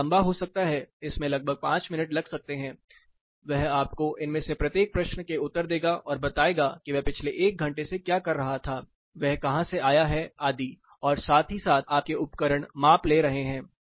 यह लंबा हो सकता है इसमें लगभग 5 मिनट लग सकते हैं वह आपको इनमें से प्रत्येक प्रश्न के उत्तर देगा और बताएगा कि वह पिछले 1 घंटे से क्या कर रहा था वह कहां से आया है आदि और साथ ही साथ आपके उपकरण माप ले रहे हैं